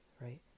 right